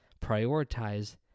prioritize